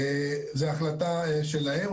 זה החלטה שלהם.